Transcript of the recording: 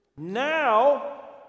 Now